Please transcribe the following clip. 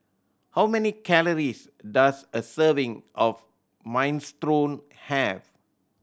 how many calories does a serving of Minestrone have